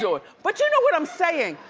so ah but you know what i'm sayin'?